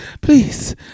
Please